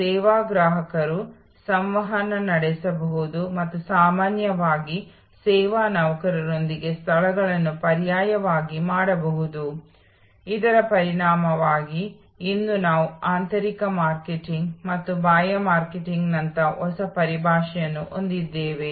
ಆದ್ದರಿಂದ ಸೇವಾ ವ್ಯವಸ್ಥೆಗಳಲ್ಲಿ ಉಪಕರಣಗಳು ತಂತ್ರಜ್ಞಾನ ಮಾನವ ಸಂಪನ್ಮೂಲಗಳು ಸೌಲಭ್ಯಗಳಲ್ಲಿ ನಿಯೋಜಿಸಲಾಗುವುದು ಉತ್ಪನ್ನ ಸೇವೆಗೆ ಸಂಬಂಧಿಸಿದ ಕೆಲವು ದಾಸ್ತಾನುಗಳು ಇರುತ್ತವೆ ಎಂದು ನಾವು ಈಗಾಗಲೇ ನೋಡಿದ್ದೇವೆ